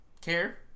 care